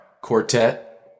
quartet